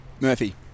Murphy